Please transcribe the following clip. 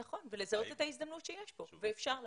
נכון, ולזהות את ההזדמנות שיש פה ואפשר לעשות.